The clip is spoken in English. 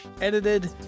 edited